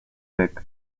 weg